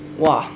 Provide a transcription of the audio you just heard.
!wah!